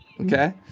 Okay